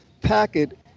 packet